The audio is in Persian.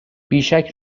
بیشک